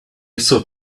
sort